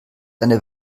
eine